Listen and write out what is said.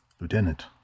Lieutenant